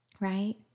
right